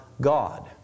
God